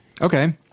okay